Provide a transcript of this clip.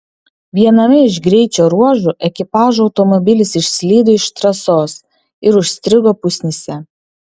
viename iš greičio ruožų ekipažo automobilis išslydo iš trasos ir užstrigo pusnyse